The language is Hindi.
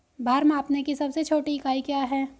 भार मापने की सबसे छोटी इकाई क्या है?